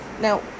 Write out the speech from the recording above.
Now